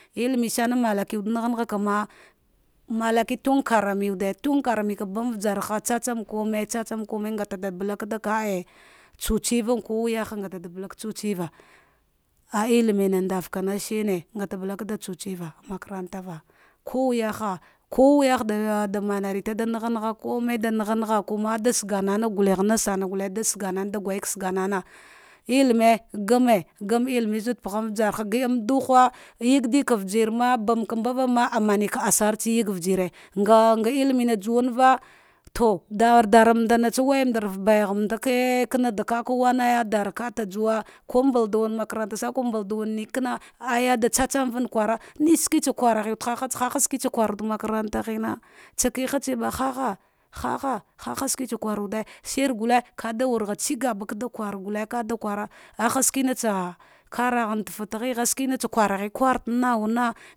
Ilime sarna malakiwade naghanagha kana malaki tun karam wude to karane ke ban uja ha tsatsam kunai tsatsan kune ngatai ta balaka tsatsave nagha da bala ka tsutsana ah in umena ndvakaba, naghat da zal katsatsda maka rava ko wuyaha kuhuyaha da manareta da na nagha kuma da saganana, nasan gufe da saga nana gwaka sagana ilime gane yane iline zad pagha vjarha yadika vjara bam ka mbava ma amaka asaratsa yaga ujre nga hmare juwava ta daradaramanda tsa wayamadara kate duwa ka juwa makaranta makarata kana aja isavan kwara, ha ha sh iketsa kwar wude makaranta hena shika sak wawalde makaranta ah ha ha haske tsa kua wude shurgufe kada wurghe agaba kada kwara kwara ahor skantsa, karafte dagi na tsa